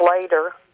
later